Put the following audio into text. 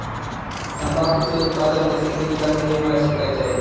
तंबाखूचे उत्पादन कसे केले जाते हे मला शिकायचे आहे